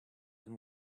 and